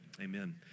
amen